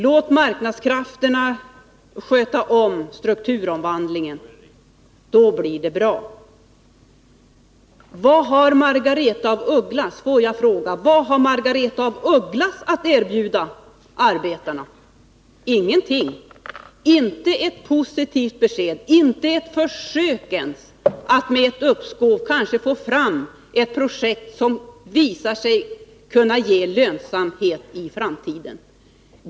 Låt marknadskrafterna sköta om strukturomvandlingen, säger ni, då blir det bra. Får jag fråga: Vad har Margaretha af Ugglas att erbjuda arbetarna? Ingenting, inte ett positivt besked, inte ens ett försök att med ett uppskov kanske få fram ett projekt som visar sig kunna ge lönsamhet i framtiden!